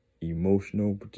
emotional